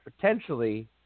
potentially